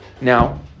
Now